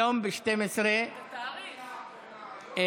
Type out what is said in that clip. היום ב-12:00,